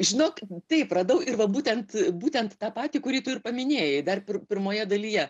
žinok taip radau ir va būtent būtent tą patį kurį tu ir paminėjai dar pirmoje dalyje